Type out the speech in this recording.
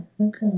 okay